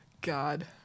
God